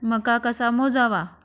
मका कसा मोजावा?